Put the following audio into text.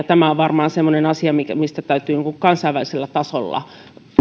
tämä on varmaan semmoinen asia mistä täytyy kansainvälisellä tasolla